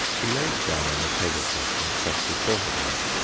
he lay down on the tablecloth and pressed his forehead on it,